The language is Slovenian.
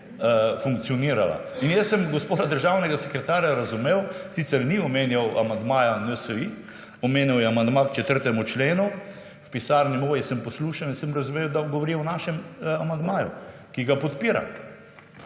funkcionirala. In jaz sem gospoda državnega sekretarja razumel, sicer ni omenjal amandmaja NSi, omenjal je amandma k 4. členu, v pisarni moji sem poslušal, in sem razumel, da govori o našem amandmaju, ki ga podpira.